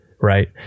Right